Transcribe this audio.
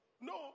No